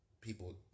people